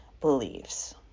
beliefs